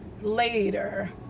later